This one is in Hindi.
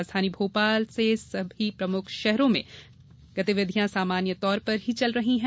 राजधानी भोपाल से सभी प्रमुख शहरों में गतिविधियां सामान्य तौर पर चल रही हैं